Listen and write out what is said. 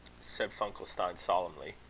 said funkelstein, solemnly.